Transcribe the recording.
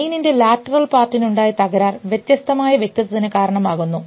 ബ്രെയിനിൻറെ lateral പാർട്ടിനുണ്ടായ തകരാർ വ്യത്യസ്തമായ വ്യക്തിത്വത്തിന് കാരണമാകുന്നു